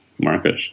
market